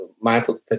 mindful